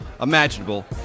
imaginable